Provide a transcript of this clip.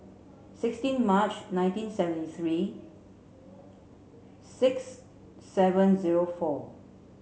sixteen March nineteen seventy three six seven zero four